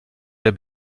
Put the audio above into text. der